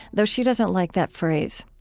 though she doesn't like that phrase.